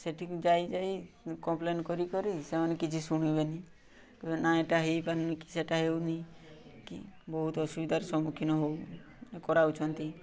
ସେଠିକି ଯାଇ ଯାଇ କମ୍ପ୍ଲେନ୍ କରି କରି ସେମାନେ କିଛି ଶୁଣିବେନି କହିବେ ନା ଏଇଟା ହେଇପାରୁନି କି ସେଇଟା ହେଉନି କି ବହୁତ ଅସୁବିଧାର ସମ୍ମୁଖୀନ ହଉ କରାଉଛନ୍ତି